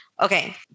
okay